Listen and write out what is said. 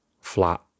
flat